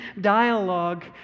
dialogue